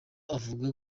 ivuga